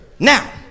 Now